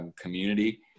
community